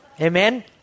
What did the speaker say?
Amen